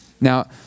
Now